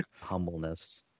humbleness